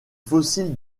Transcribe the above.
fossiles